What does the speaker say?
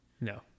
No